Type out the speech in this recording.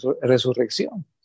resurrección